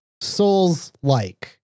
Souls-like